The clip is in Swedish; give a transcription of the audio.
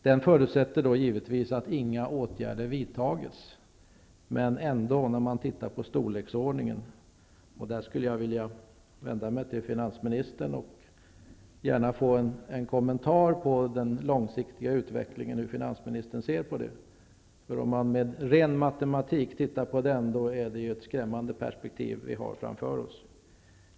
Den förutsätter givetvis att inga åtgärder vidtas, men man blir ändå skrämd när man tittar på storleksordningen. Där skulle jag vilja vända mig till finansministern för att få en kommentar till hur finansministern ser på den långsiktiga utvecklingen. Om vi tittar på den från rent matematiska utgångspunkter är det ett skrämmande perspektiv vi har framför oss.